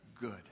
good